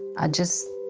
i just